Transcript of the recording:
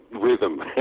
rhythm